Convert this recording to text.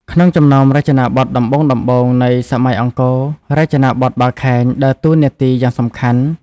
ក្នុងចំណោមរចនាបថដំបូងៗនៃសម័យអង្គរ រចនាបថ បាខែង ដើរតួនាទីយ៉ាងសំខាន់។